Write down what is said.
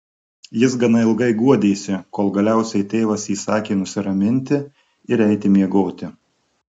jis gana ilgai guodėsi kol galiausiai tėvas įsakė nusiraminti ir eiti miegoti